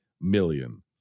million